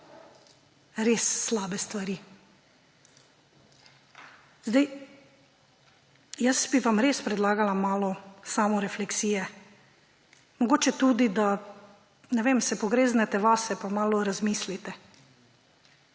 res slabe stvari. Jaz bi vam res predlagala malo samorefleksije. Mogoče tudi, da, ne vem, se pogreznete vase pa malo razmislite,